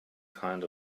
kind